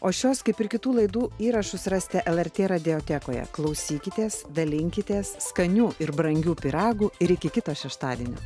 o šios kaip ir kitų laidų įrašus rasite lrt radiotekoje klausykitės dalinkitės skanių ir brangių pyragų ir iki kito šeštadienį